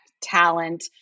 talent